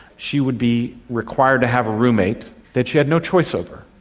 she would be required to have a roommate that she had no choice over.